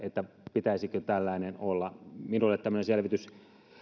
pitäisikö vaalikampanjan kuluille olla katto minulle tämmöinen selvitys